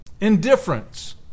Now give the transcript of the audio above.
Indifference